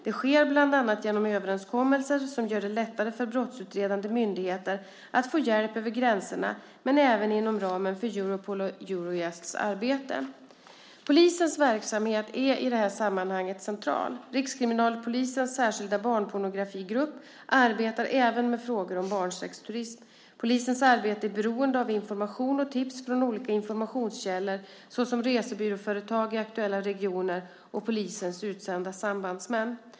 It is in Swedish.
Det sker bland annat genom överenskommelser som gör det lättare för brottsutredande myndigheter att få hjälp över gränserna, men även inom ramen för Europols och Eurojusts arbete. Polisens verksamhet är i det här sammanhanget central. Rikskriminalpolisens särskilda barnpornografigrupp arbetar även med frågor om barnsexturism. Polisens arbete är beroende av information och tips från olika informationskällor såsom resebyråföretag i aktuella regioner och polisens utsända sambandsmän.